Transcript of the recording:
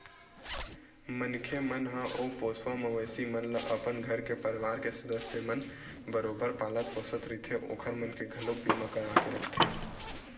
मनखे मन ह ओ पोसवा मवेशी मन ल अपन घर के परवार के सदस्य मन बरोबर पालत पोसत रहिथे ओखर मन के घलोक बीमा करा के रखथे